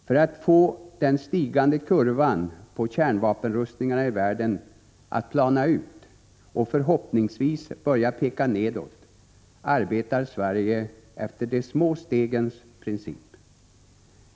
För att få den stigande kurvan på kärnvapenrustningarna i världen att plana ut och förhoppningsvis börja peka nedåt arbetar Sverige efter ”de små stegens princip”.